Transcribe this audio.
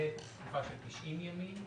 לתקופה של 90 ימים,